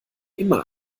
immer